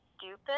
stupid